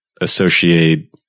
associate